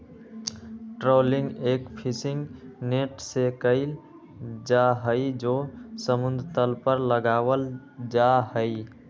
trawling एक fishing net से कइल जाहई जो समुद्र तल पर लगावल जाहई